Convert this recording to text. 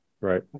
Right